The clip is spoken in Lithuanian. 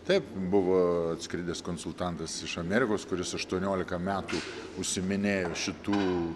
taip buvo atskridęs konsultantas iš amerikos kuris aštuoniolika metų užsiiminėjo šitų